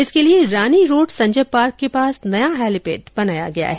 इसके लिए Rani road Sanjay park के पास नया हेलीपैड बनाया गया है